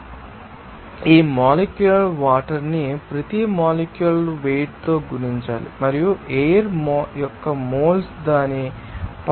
కాబట్టి ఆ సందర్భంలో మీరు ఈ మొలేక్యూలర్ వాటర్ ని ప్రతి మొలేక్యూలర్ వెయిట్ తో గుణించాలి మరియు ఎయిర్ యొక్క మోల్స్ దాని పరమాణు వెయిట్ తో గుణించాలి